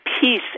peace